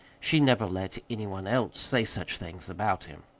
she never let any one else say such things about him.